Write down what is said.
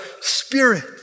Spirit